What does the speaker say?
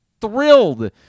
thrilled